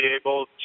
able